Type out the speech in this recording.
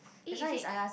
eh is it